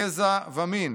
גזע ומין,